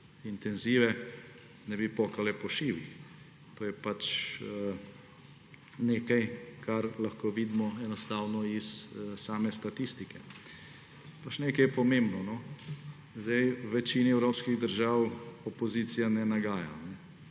intenzive ne bi pokale po šivih. To je nekaj, kar lahko vidimo enostavno iz same statistike. Pa še nekaj je pomembno. V večini evropskih držav opozicija ne nagaja.